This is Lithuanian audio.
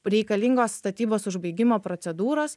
reikalingos statybos užbaigimo procedūros